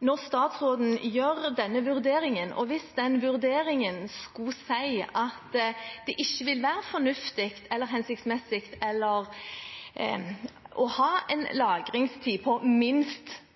Når statsråden gjør den vurderingen, og hvis den vurderingen skulle vise at det ikke vil være fornuftig eller hensiktsmessig å ha en lagringstid på minst